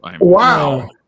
Wow